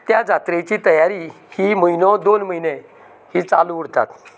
त्या जात्रेची तयारी ही म्हयनो दोन म्हयने ही चालू उरता